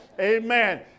Amen